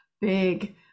big